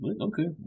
Okay